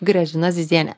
gražina ziziene